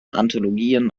anthologien